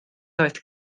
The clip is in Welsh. oedd